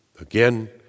Again